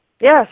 Yes